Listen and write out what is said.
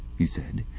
he said.